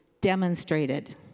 demonstrated